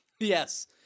Yes